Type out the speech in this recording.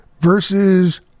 versus